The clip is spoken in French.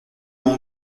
mon